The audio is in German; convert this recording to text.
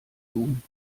tun